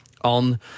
on